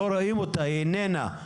היא איננה,